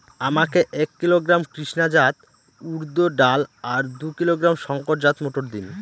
আমাকে এক কিলোগ্রাম কৃষ্ণা জাত উর্দ ডাল আর দু কিলোগ্রাম শঙ্কর জাত মোটর দিন?